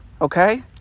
Okay